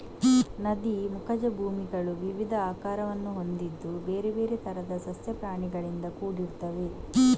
ನದಿ ಮುಖಜ ಭೂಮಿಗಳು ವಿವಿಧ ಆಕಾರವನ್ನು ಹೊಂದಿದ್ದು ಬೇರೆ ಬೇರೆ ತರದ ಸಸ್ಯ ಪ್ರಾಣಿಗಳಿಂದ ಕೂಡಿರ್ತವೆ